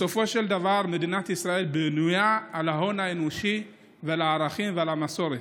בסופו של דבר מדינת ישראל בנויה על ההון האנושי ועל הערכים ועל המסורת.